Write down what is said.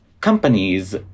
companies